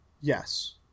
Yes